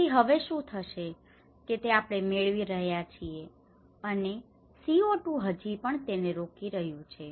તેથી હવે શું થશે કે તે આપણે મેળવી રહ્યા છીએ અને CO2 હજી પણ તેને રોકી રહ્યું છે